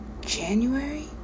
January